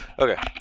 Okay